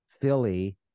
Philly